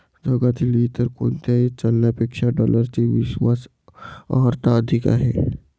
जगातील इतर कोणत्याही चलनापेक्षा डॉलरची विश्वास अर्हता अधिक आहे